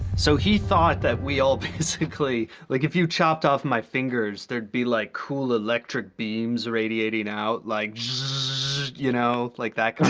so he thought that we basically like if you chopped off my fingers there'd be like cool electric beams radiating out? like shhhhh you know, like that kind